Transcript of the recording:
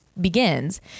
begins